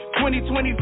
2020